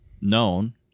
known